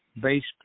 based